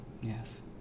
yes